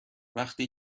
وقتی